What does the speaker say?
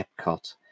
Epcot